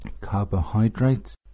Carbohydrates